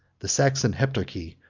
the saxon heptarchy,